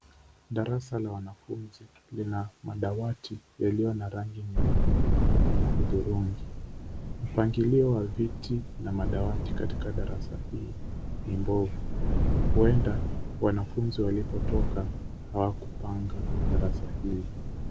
Darasa la wanafunzi, lina madawati yaliyo na rangi nyeupe na hudhurungi. Mpangilio wa viti na madawati katika darasa hii ni mbovu. Huenda wanafunzi walipotoka, hawakupanga darasa hili.